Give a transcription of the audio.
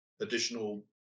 additional